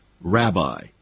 rabbi